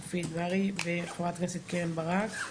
מופיד מרעי וחברת הכנסת קרן ברק.